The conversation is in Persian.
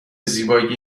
زیبایی